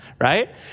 right